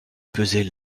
pesait